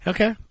Okay